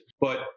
But-